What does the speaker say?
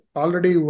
already